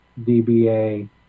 DBA